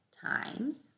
times